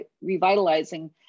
revitalizing